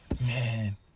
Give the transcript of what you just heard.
man